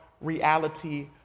reality